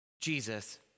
Jesus